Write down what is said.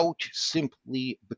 simply